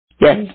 Yes